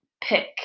pick